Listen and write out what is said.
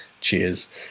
cheers